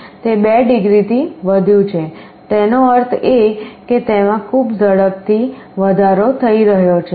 તેથી તે બે ડિગ્રીથી વધ્યું છે તેનો અર્થ એ કે તેમાં ખૂબ જ ઝડપથી વધારો થઈ રહ્યો છે